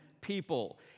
people